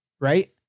Right